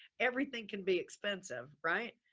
everything can be expensive, right?